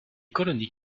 colonies